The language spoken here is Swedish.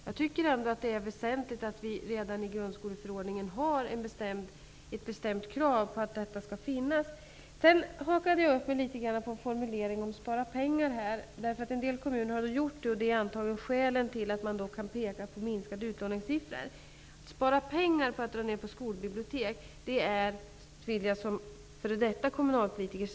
Det är enligt min mening väsentligt att vi redan i grundskoleförordningen har ett bestämt krav på att skolbibliotek skall finnas. Jag hakade upp mig litet grand vid formuleringen att man skulle spara pengar. Vad en del kommuner har gjort är antagligen skälet till att man nu ser minskande utlåningssiffror. Att spara pengar på att dra ner på skolbibliotek är ganska dumt, och det säger jag som f.d. kommunalpolitiker.